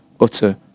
utter